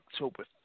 October